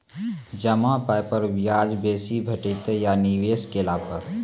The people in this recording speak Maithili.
जमा पाय पर ब्याज बेसी भेटतै या निवेश केला पर?